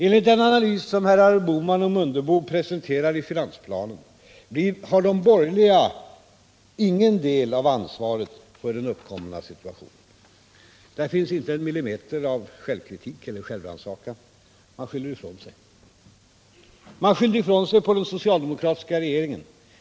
Enligt den analys som herrar Bohman och Mundebo presenterar i finansplanen har de borgerliga ingen del av ansvaret för den uppkomna situationen. Där finns inte en millimeter av självkritik eller självrannsakan. Man skyller ifrån sig. Man skyllde ifrån sig på den socialdemokratiska regeringen.